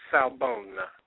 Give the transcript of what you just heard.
Salbona